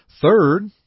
Third